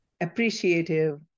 appreciative